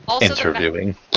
Interviewing